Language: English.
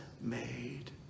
made